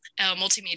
multimedia